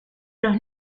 los